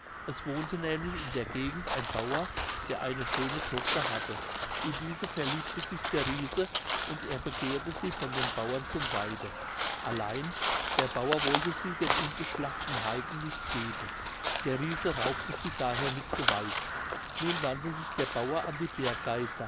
es wohnte nämlich in der gegend ein bauer der eine schöne tochter hatte in diese verliebte sich der riese und er begehrte sie von dem bauern zum weibe allein der bauer wollte sie dem ungeschlachten heiden nicht geben der riese raubte sie daher mit gewalt nun wandte sich der bauer an die berggeister